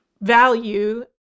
value